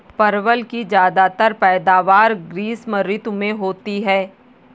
परवल की ज्यादातर पैदावार ग्रीष्म ऋतु में होती है